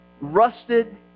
rusted